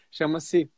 Chama-se